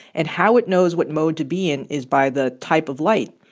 and how it knows what mode to be in is by the type of light.